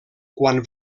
quan